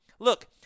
Look